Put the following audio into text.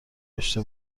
نوشته